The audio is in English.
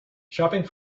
shopping